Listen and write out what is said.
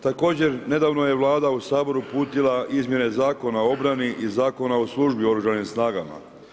Također nedavno je Vlada u Sabor uputila izmjene Zakona o obrani i Zakona o službi u Oružanim snagama.